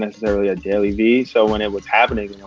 necessarily a dailyvee. so when it was happening